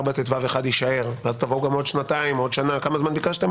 ש-74טו1 יישאר ואז תבואו גם עוד שנה או עוד שנתיים שתי הבקשות הן